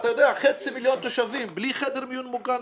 חצי מיליון תושבים בלי חדר מיון מוגן.